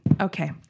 Okay